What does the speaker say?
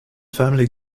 family